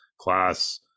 class